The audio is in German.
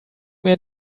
mir